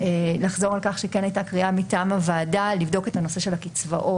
לחזור על כך שכן הייתה קריאה מטעם הוועדה לבדוק את הנושא של הקצבאות.